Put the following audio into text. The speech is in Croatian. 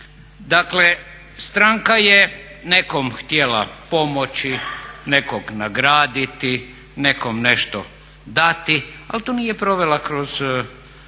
Dakle, stranka je nekom htjela pomoći, nekog nagraditi, nekom nešto dati ali to nije provela kroz